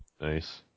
Nice